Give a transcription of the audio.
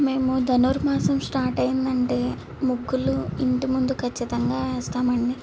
మేము ధనుర్మాసం స్టార్ట్ అయిందంటే ముగ్గులు ఇంటి ముందు ఖచ్చితంగా వేస్తామండి